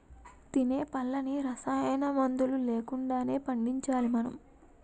తినే పళ్ళన్నీ రసాయనమందులు లేకుండానే పండించాలి మనం